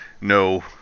No